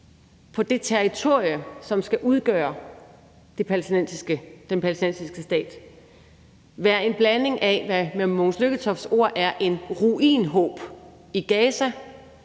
på det territorie, som skal udgøre den palæstinensiske stat, være en blanding af, med Mogens Lykketofts ord, en ruinhob i Gaza